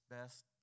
best